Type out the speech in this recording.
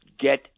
get